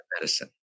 medicine